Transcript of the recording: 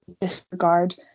disregard